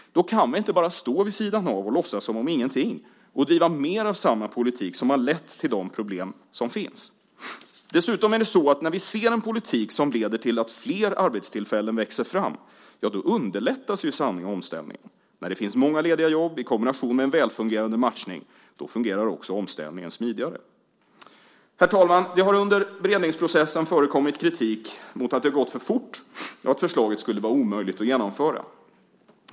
Då kan vi inte bara stå vid sidan av och låtsas som ingenting och driva mer av samma politik som har lett till de problem som finns. Dessutom är det så att när vi ser en politik som leder till att flera arbetstillfällen växer fram, ja, då underlättas ju samma omställning. När det finns många lediga jobb i kombination med en väl fungerande matchning, då fungerar också omställningen smidigare. Herr talman! Det har under beredningsprocessen förekommit kritik mot att det har gått för fort och att förslaget skulle vara omöjligt att genomföra.